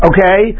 Okay